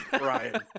Ryan